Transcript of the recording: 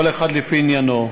כל אחד לפי עניינו.